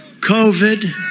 COVID